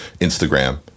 Instagram